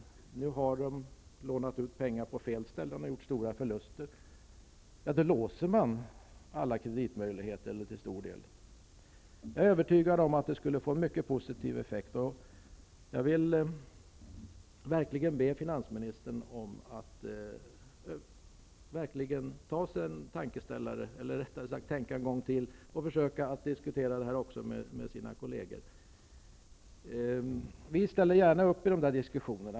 Bankerna har lånat ut pengar till fel ställen och gjort stora förluster. En stor del av deras kreditmöjligheter har därmed låsts. Jag vill verkligen be att finansministern tänker en gång extra och försöker diskutera detta med sina regeringskolleger. Vi ställer gärna upp på dessa diskussioner.